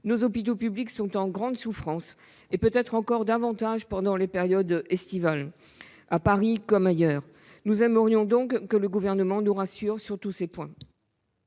Nos hôpitaux publics sont en grande souffrance, peut-être encore davantage pendant les périodes estivales, à Paris comme ailleurs. Aussi aimerions-nous que le Gouvernement nous rassure sur tous ces points.